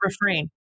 refrain